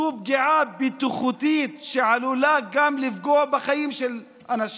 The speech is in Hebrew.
זו פגיעה בטיחותית שעלולה לפגוע גם בחיים של אנשים.